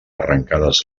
arrancades